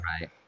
Right